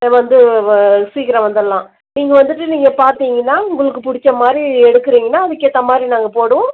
வந்து வ சீக்கிரம் வந்துடலாம் நீங்கள் வந்துவிட்டு நீங்கள் பார்த்தீங்கன்னா உங்களுக்கு பிடிச்ச மாதிரி எடுக்குறீங்கன்னா அதுக்கேற்ற மாதிரி நாங்கள் போடுவோம்